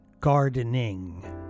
gardening